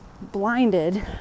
blinded